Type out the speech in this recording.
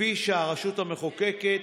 כפי שהרשות המחוקקת